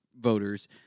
voters